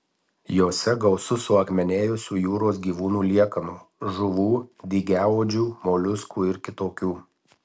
jose gausu suakmenėjusių jūros gyvūnų liekanų žuvų dygiaodžių moliuskų ir kitokių